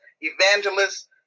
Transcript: Evangelist